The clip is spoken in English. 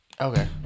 Okay